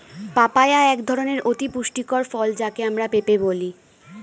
papaya এক ধরনের অতি পুষ্টিকর ফল যাকে আমরা পেঁপে বলি